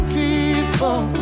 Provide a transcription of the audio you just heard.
people